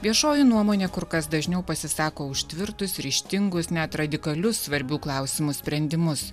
viešoji nuomonė kur kas dažniau pasisako už tvirtus ryžtingus net radikalius svarbių klausimų sprendimus